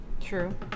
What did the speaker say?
True